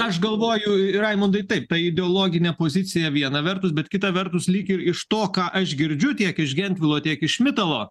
aš galvoju raimundai taip ta ideologinė pozicija viena vertus bet kita vertus lyg ir iš to ką aš girdžiu tiek iš gentvilo tiek iš mitalo